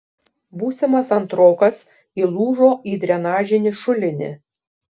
būsimas antrokas įlūžo į drenažinį šulinį